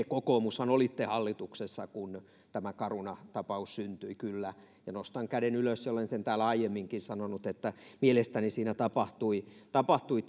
kokoomus olitte hallituksessa kun tämä caruna tapaus syntyi kyllä ja nostan käden ylös ja olen sen täällä aiemminkin sanonut että mielestäni siinä tapahtui tapahtui